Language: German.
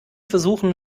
versuchen